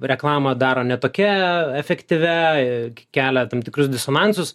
reklamą daro ne tokia efektyvia kelia tam tikrus disonansus